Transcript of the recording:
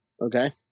Okay